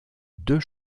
deux